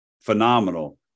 phenomenal